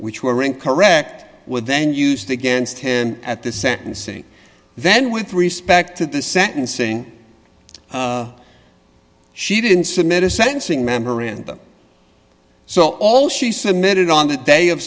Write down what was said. which were incorrect with then used against him at the sentencing then with respect to the sentencing she didn't submit a sentencing memorandum so all she submitted on the day of